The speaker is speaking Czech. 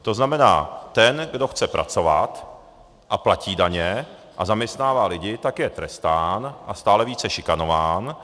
To znamená ten, kdo chce pracovat a platí daně a zaměstnává lidi, je trestán a stále více šikanován.